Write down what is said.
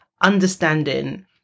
understanding